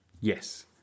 Yes